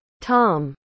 Tom